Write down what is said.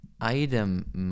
item